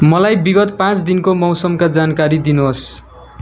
मलाई विगत पाँच दिनको मौसमका जानकारी दिनुहोस्